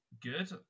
good